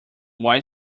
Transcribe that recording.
white